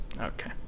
Okay